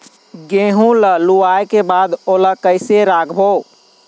गेहूं ला लुवाऐ के बाद ओला कइसे राखबो?